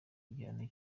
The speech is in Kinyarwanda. igihano